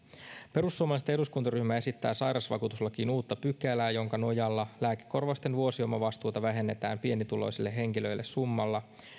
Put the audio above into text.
perussuomalaisten eduskuntaryhmä esittää sairausvakuutuslakiin uutta pykälää jonka nojalla lääkekorvausten vuosiomavastuuta vähennetään pienituloisille henkilöille summalla